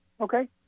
Okay